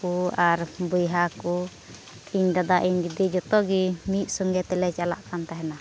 ᱠᱚ ᱟᱨ ᱵᱚᱭᱦᱟ ᱠᱚ ᱤᱧ ᱫᱟᱫᱟ ᱤᱧ ᱫᱤᱫᱤ ᱡᱚᱛᱚ ᱜᱮ ᱢᱤᱫ ᱥᱚᱸᱜᱮ ᱛᱮᱞᱮ ᱪᱟᱞᱟᱜ ᱠᱟᱱ ᱛᱟᱦᱮᱱᱟ